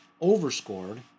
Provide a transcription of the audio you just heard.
overscored